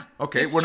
Okay